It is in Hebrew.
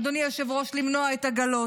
אדוני היושב-ראש, למנוע את הגלות.